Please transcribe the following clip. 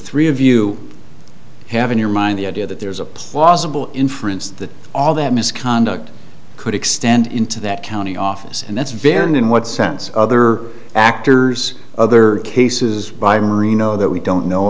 three of you have in your mind the idea that there's a plausible inference that all that misconduct could extend into that county office and that's very and in what sense other actors other cases by marino that we don't know